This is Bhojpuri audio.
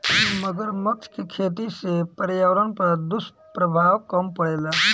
मगरमच्छ के खेती से पर्यावरण पर दुष्प्रभाव कम पड़ेला